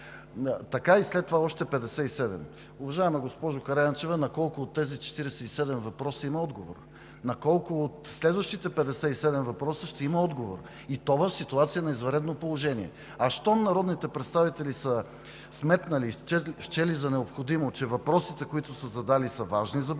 Така. След това още 57. Уважаема госпожо Караянчева, на колко от тези 47 въпроса има отговор? На колко от следващите 57 въпроса ще има отговор, и то в ситуация на извънредно положение? Щом народните представители са счели за необходимо, че въпросите, които са задали, са важни за българското